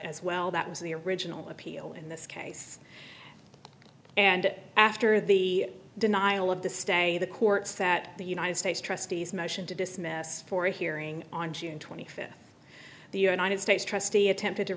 as well that was the original appeal in this case and after the denial of the stay of the courts that the united states trustees motion to dismiss for a hearing on june twenty fifth the united states trustee attempted to